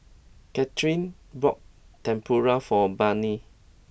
Katherin bought Tempura for Barnett